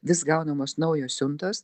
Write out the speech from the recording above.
vis gaunamos naujos siuntos